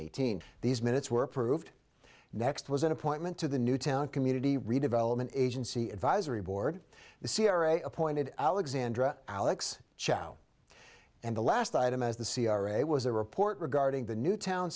eighteen these minutes were approved next was an appointment to the newtown community redevelopment agency advisory board the c r a appointed alexandra alex cho and the last item as the c r a was a report regarding the newtown